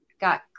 got